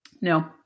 No